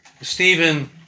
Stephen